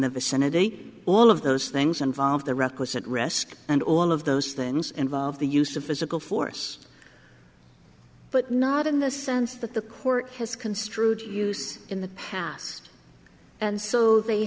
the vicinity all of those things and volved the requisite risk and all of those things involve the use of physical force but not in the sense that the court has construed to use in the past and so they